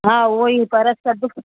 हा उहेई पर सभु